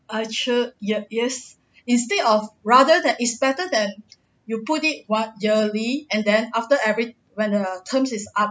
actual ye~ yes instead of rather than it's better than you put it what yearly and then after every when the terms is up